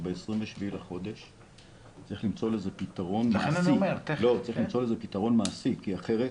שב-27 בחודש צריך למצוא לזה פתרון מעשי כי אחרת